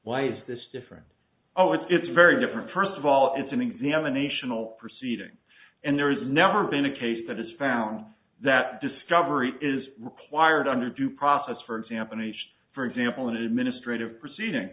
why is this different oh it's very different terms of all it's an examination all proceeding and there's never been a case that is found that discovery is required under due process for example an age for example an administrative proceeding